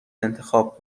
انتخاب